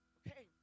okay